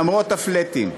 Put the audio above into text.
למרות ה"פלאטים".